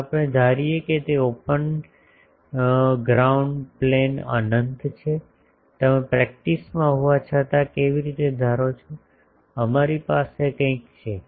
જો આપણે ધારીએ કે તે ઓપન ગ્રાઉન્ડ પ્લેન અનંત છે તમે પ્રેકટીસ માં હોવા છતાં કેવી રીતે ધારો છો અમારી પાસે કંઈક છે